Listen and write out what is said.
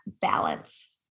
balance